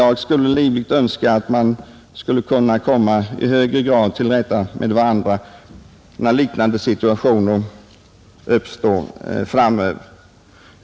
Jag önskar livligt att man i högre grad skall kunna komma till rätta med varandra i liknande situationer framöver.